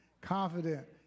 confident